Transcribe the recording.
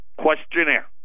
questionnaire